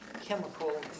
chemical